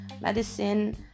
medicine